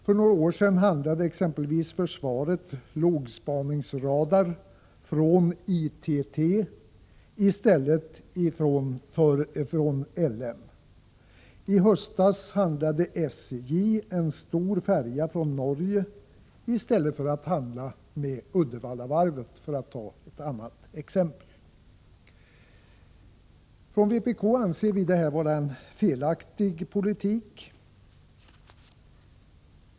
För några år sedan köpte exempelvis försvaret lågspaningsradar från ITT i stället för från LM Ericsson. I höstas köpte SJ en stor färja från Norge i stället för att handla med Uddevallavarvet, för att ta ett annat exempel. Vpk anser att detta är en felaktig politik.